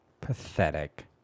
Pathetic